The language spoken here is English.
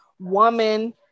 woman